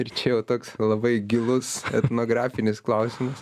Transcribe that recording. ir čia jau toks labai gilus etnografinis klausimas